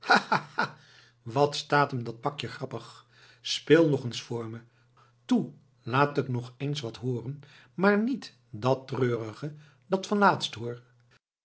wat staat hem dat pakje grappig speel nog eens voor me toe laat ik nog eens wat hooren maar niet dat treurige dat van laatst hoor